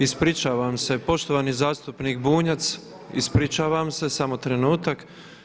Ispričavam se, poštovani zastupnik Bunjac, ispričavam se, samo trenutak.